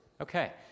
Okay